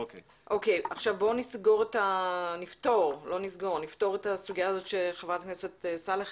עכשיו בואו נפתור את הסוגיה שחברת הכנסת סאלח